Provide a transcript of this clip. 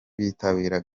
bitabira